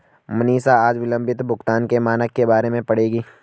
मनीषा आज विलंबित भुगतान के मानक के बारे में पढ़ेगी